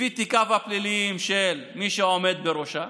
לפי תיקיו הפליליים של מי שעומד בראשה.